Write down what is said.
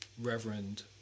reverend